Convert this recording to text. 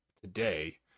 today